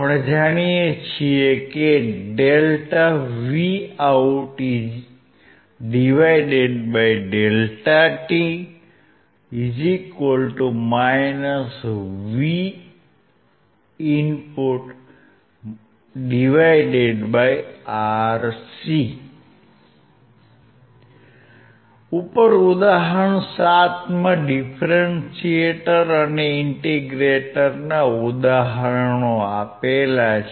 આપણે જાણીએ છીએ કે ઉપર ઉદાહરણ 7 માં ડીફરેન્શીએટર અને ઈનટીગ્રેટરના ઉદાહરણ આપેલ છે